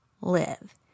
live